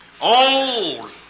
old